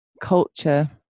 culture